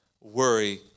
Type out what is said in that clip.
worry